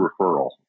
referral